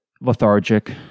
lethargic